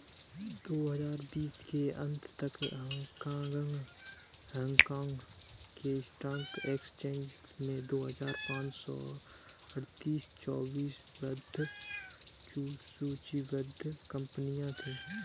दो हजार बीस के अंत तक हांगकांग के स्टॉक एक्सचेंज में दो हजार पाँच सौ अड़तीस सूचीबद्ध कंपनियां थीं